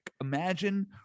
imagine